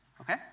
Okay